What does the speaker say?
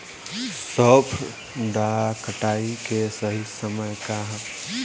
सॉफ्ट डॉ कटाई के सही समय का ह?